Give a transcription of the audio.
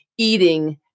eating